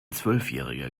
zwölfjähriger